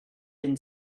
been